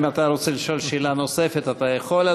אם אתה רוצה לשאול שאלה נוספת אתה יכול,